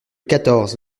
quatorze